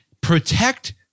protect